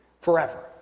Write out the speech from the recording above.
forever